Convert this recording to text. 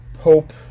Hope